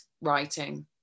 writing